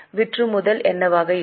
விற்றுமுதல் என்னவாக இருக்கும்